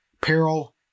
peril